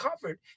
covered